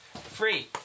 Free